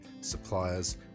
suppliers